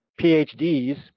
PhDs